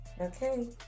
Okay